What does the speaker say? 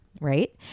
right